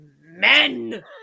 men